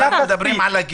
אנחנו מדברים מבחינת